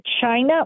China